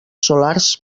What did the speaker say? solars